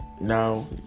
now